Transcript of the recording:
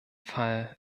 fall